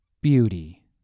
beauty